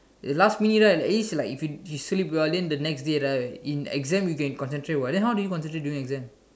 if last minute right at least like if you sleep well then the next day right in exam you can concentrate what then how do you concentrate in exam